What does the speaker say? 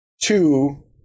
Two